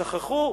שכחו.